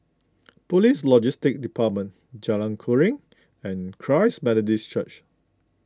Police Logistics Department Jalan Keruing and Christ Methodist Church